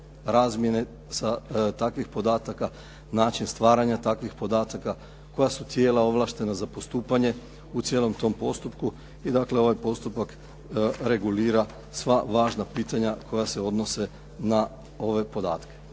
razmjene takvih podataka, način stvaranja takvih podataka koja su tijela ovlaštena za postupanje u cijelom tom postupku, i dakle ovaj postupak regulira sva važna pitanja koja se odnose na ove podatke.